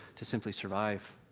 to simply survive.